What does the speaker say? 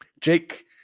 Jake